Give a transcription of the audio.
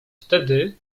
wtedy